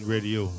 Radio